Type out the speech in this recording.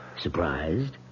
Surprised